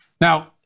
Now